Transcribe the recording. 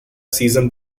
season